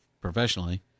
professionally